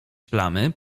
plamy